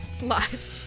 Live